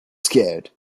scared